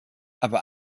aber